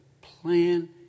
plan